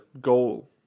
goal